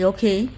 Okay